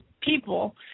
people